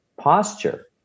posture